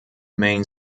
main